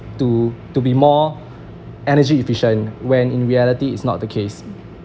to to be more energy efficient when in reality it's not the case